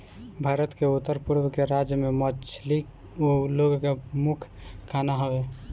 भारत के उत्तर पूरब के राज्य में मछली उ लोग के मुख्य खाना हवे